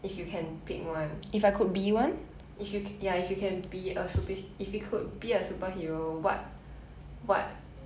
if you can pick one if you ca~ yah if you can be a superh~ if you could be a superhero what what